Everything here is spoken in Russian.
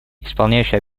исполняющий